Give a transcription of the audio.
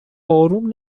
اروم